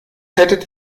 hättet